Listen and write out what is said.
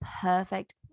perfect